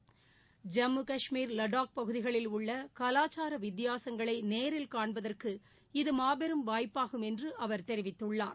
ஐம்மு காஷ்மீர் லடாக் பகுதிகளில் உள்ள கலாசச்சார வித்தியாசங்களை நேரில் காண்பதற்கு இது மாபெரும் வாய்ப்பாகும் என்று அவர் தெரிவித்துள்ளார்